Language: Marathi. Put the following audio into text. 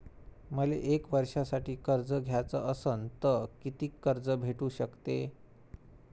मले एक वर्षासाठी कर्ज घ्याचं असनं त कितीक कर्ज भेटू शकते?